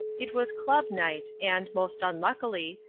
it was club night, and, most unluckily,